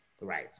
Right